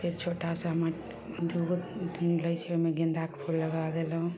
फेर छोटा सा माटि दुगो लै छियै ओइमे गेन्दाके फूल लगा देलहुँ